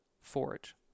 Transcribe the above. forage